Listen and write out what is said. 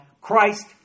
Christ